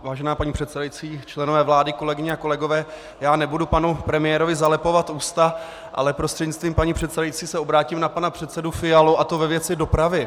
Vážená paní předsedající, členové vlády, kolegyně a kolegové, nebudu panu premiérovi zalepovat ústa, ale prostřednictvím paní předsedající se obrátím na pana předsedu Fialu, a to ve věci dopravy.